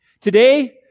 Today